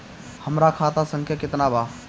हमरा खाता संख्या केतना बा?